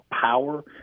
power